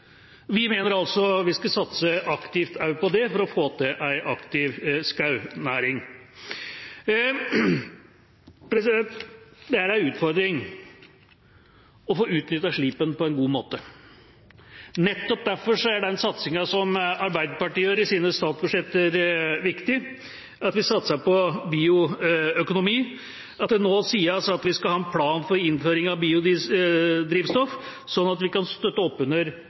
Vi mener at vi skal satse aktivt også på dette for å få til en aktiv skognæring. Det er en utfordring å få utnyttet slipen på en god måte. Nettopp derfor er den satsingen som Arbeiderpartiet gjør i sine statsbudsjetter, viktig, at vi satser på bioøkonomi, og at det nå sies at vi skal ha en plan for innføring av biodrivstoff, sånn at vi kan støtte opp under